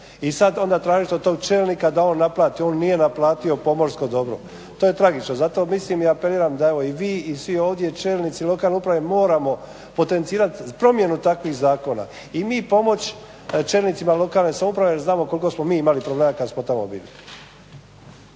i sad onda tražite od tog čelnika da on naplati, on nije naplatio pomorsko dobro. To je tragično. Zato mislim i apeliram da evo i vi i svi ovdje čelnici lokalne uprave moramo potencirati promjenu takvih zakona i mi pomoć čelnicima lokalne samouprave jer znamo koliko smo mi imali problema kada smo tamo bili.